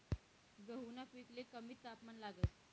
गहूना पिकले कमी तापमान लागस